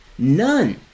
none